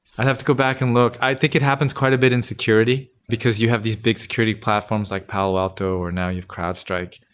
i have to go back and look. i think it happens quite a bit in security, because you have these big security platforms like palo alto or now you have crowd strike,